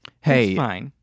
Hey